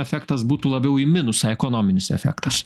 efektas būtų labiau į minusą ekonominis efektas